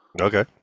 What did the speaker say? Okay